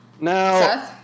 Now